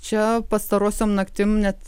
čia pastarosiom naktim net